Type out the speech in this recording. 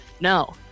No